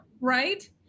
Right